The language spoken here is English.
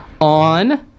on